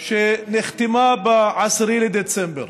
שנחתמה ב-10 בדצמבר.